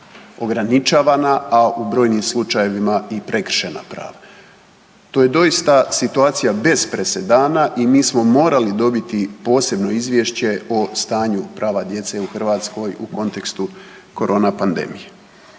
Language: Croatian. Ograničavana, a u brojnim slučajevima i prekršena prava. To je doista situacija bez presedana i mi smo morali dobiti posebno izvješće o stanju prava djece u Hrvatskoj u kontekstu korona pandemije.